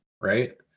right